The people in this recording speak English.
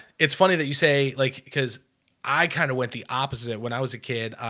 it's funny that you say like because i kind of went the opposite when i was a kid